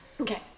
Okay